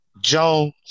Jones